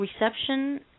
reception